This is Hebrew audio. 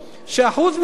שאחוז מסוים,